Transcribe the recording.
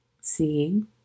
seeing